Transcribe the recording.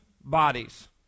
bodies